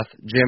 Jim